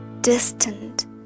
distant